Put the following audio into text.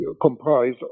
comprise